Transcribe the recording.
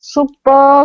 Super